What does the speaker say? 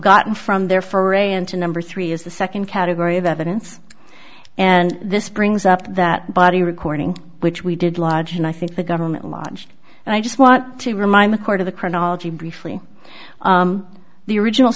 gotten from there for a and to number three is the second category of evidence and this brings up that body recording which we did large and i think the government lodged and i just want to remind the court of the chronology briefly the original